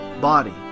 body